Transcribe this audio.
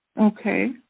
Okay